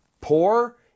poor